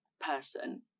person